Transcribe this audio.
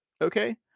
okay